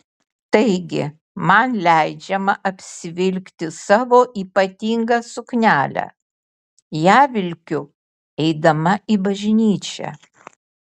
taigi man leidžiama apsivilkti savo ypatingą suknelę ją vilkiu eidama į bažnyčią